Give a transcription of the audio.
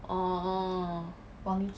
orh orh